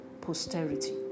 posterity